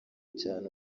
cyane